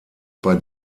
bei